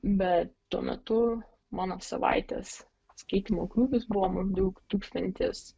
bet tuo metu mano savaitės skaitymo krūvis buvo maždaug tūkstantis